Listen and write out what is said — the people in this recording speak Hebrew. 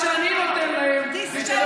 התשובה שאני נותן להם, בסדר?